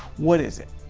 what is it?